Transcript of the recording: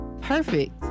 perfect